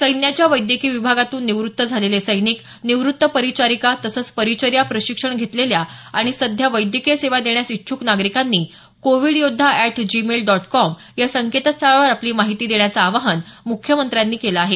सैन्याच्या वैद्यकीय विभागातून निवृत्त झालेले सैनिक निवृत्त परिचारिका तसंच परिचर्या प्रशिक्षण घेतलेल्या आणि सध्या वैद्यकीय सेवा देण्यास इच्छुक नागरिकांनी कोविडयोद्धा जीमेल डॉट कॉम या संकेतस्थळावर आपली माहिती देण्याचं आवाहन मुख्यमंत्र्यांनी केलं आहे